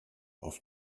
auf